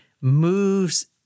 moves